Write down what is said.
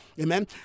Amen